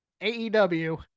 AEW